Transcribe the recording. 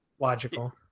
logical